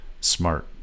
smart